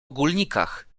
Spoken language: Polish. ogólnikach